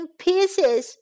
pieces